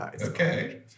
Okay